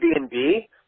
Airbnb